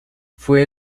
fue